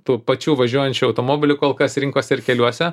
tų pačių važiuojančių automobilių kol kas rinkose ir keliuose